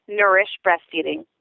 nourishbreastfeeding